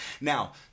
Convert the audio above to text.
Now